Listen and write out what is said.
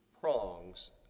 prongs